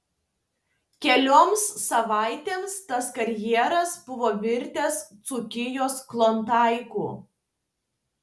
kelioms savaitėms tas karjeras buvo virtęs dzūkijos klondaiku